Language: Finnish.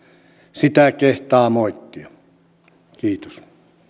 sitä kehtaa moittia kiitos